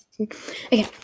okay